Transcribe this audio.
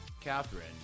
Catherine